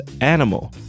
animal